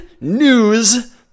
news